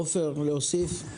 עופר, להוסיף?